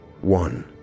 one